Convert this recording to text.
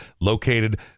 located